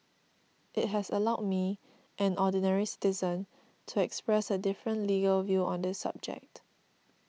it has allowed me an ordinary citizen to express a different legal view on this subject